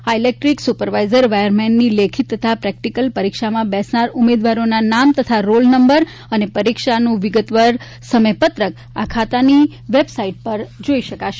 આ ઇલેકિટ્રિકલ સુપરવાઇઝરવાયરમેનની લેખીત તથા પ્રેક્ટિકલ પરીક્ષામાં બેસનાર ઉમેદવારોના નામ તથા રોલ નંબર અને પરીક્ષાનું વિગતવાર સમયપત્રક આ ખાતાની વેબસાઇટ જોઇ શકાશે